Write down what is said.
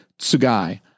Tsugai